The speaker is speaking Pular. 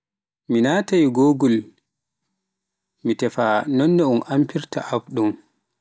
Mi naatai google mi teppa noonno un ampirta App ɗum.